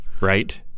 right